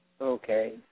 Okay